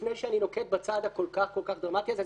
לפני שאני נוקט בצעד הכול כך דרמטי הזה.